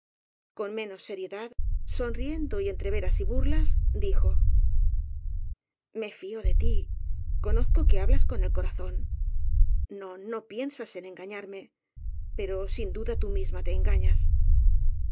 con menos seriedad sonriendo y entre ve ras y burlas dijo me fío de tí conozco que hablas con el cora zón no no piensas en engañarme pero sin duda tú misma te engañas